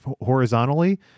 horizontally